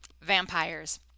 Vampires